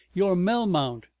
you're melmount!